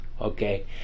Okay